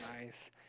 nice